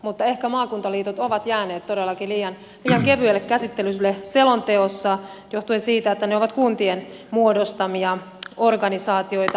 mutta ehkä maakuntaliitot ovat jääneet todellakin liian kevyelle käsittelylle selonteossa johtuen siitä että ne ovat kuntien muodostamia organisaatioita